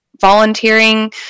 volunteering